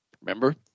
Remember